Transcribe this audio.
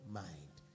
mind